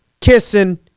kissing